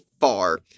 far